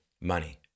money